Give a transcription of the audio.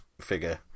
figure